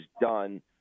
done